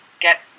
get